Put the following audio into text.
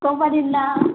company ନା